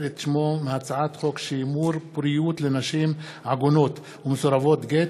את שמו מהצעת חוק שימור פוריות לנשים עגונות ומסורבות גט,